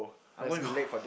let's go